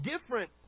different